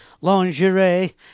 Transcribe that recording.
lingerie